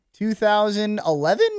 2011